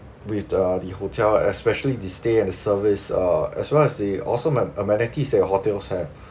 with uh the hotel especially the stay and the service err as well as the awesome am~ amenities that your hotels have